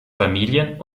familien